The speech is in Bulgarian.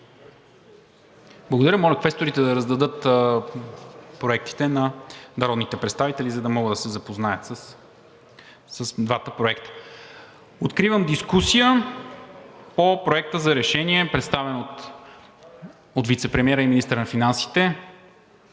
за днес. Моля квесторите да раздадат проектите на народните представители, за да могат да се запознаят с двата проекта. Откривам дискусия по Проекта за решение, представен от вицепремиера и министър на финансите